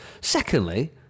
Secondly